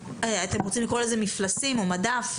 אתם רוצים לקרוא לזה מפלסים או מדף?